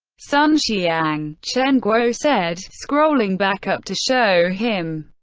sun xiang, chen guo said, scrolling back up to show him.